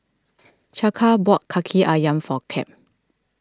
Chaka bought Kaki Ayam for Cap